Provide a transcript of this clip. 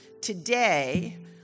today